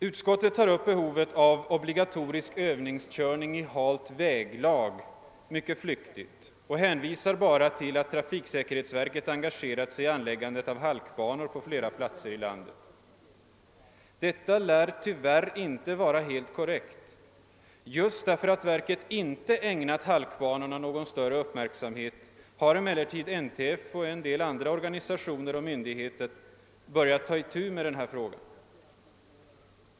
Utskottet tar upp behovet av obligatorisk övningskörning i halt väglag mycket flyktigt och hänvisar bara till att trafiksäkerhetsverket engagerat sig i byggandet av halkbanor på flera platser i landet. Detta lär tyvärr inte vara helt korrekt. Just därför att verket inte ägnat halkbanorna någon större uppmärksamhet har emellertid NTF och en del andra organisationer och myndigheter börjat ta itu med denna fråga.